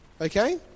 Okay